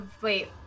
Wait